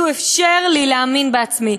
כי הוא אפשר לי להאמין בעצמי,